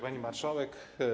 Pani Marszałek!